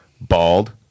Bald